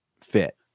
fit